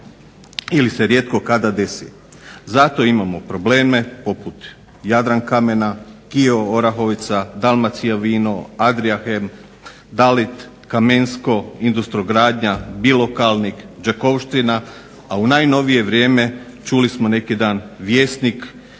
ili se rijetko kada desi. Zato imamo probleme poput Jadran kamena, KIO Orahovica, Dalmacija vino, Adria hem, Dalid, Kamensko, Industrogranja, Bilo Kalnik, Đakovština a u najnovije vrijeme čuli smo neki dan Vjesnik,